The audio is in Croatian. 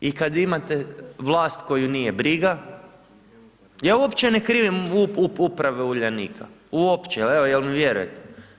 I kad imate vlast koju nije briga, ja uopće ne krivim uprave Uljanika, uopće, evo je li mi vjerujete.